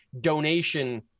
donation